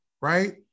right